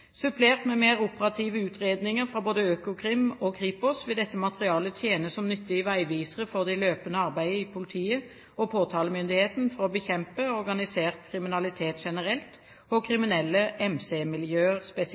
Supplert med mer operative utredninger fra både Økokrim og Kripos vil dette materialet tjene som nyttige veivisere for det løpende arbeidet i politiet og påtalemyndigheten for å bekjempe organisert kriminalitet generelt, og kriminelle MC-miljøer spesielt.